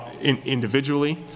individually